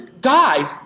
guys